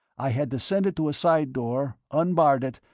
i had descended to a side door, unbarred it,